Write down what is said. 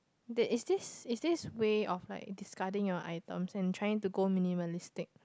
there is this is this way of like discarding your items and trying to go minimalistic